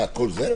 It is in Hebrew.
מה, את כל זה?